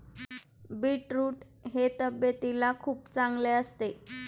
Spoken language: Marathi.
बीटरूट हे तब्येतीला खूप चांगले असते